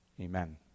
amen